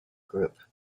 group